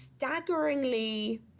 Staggeringly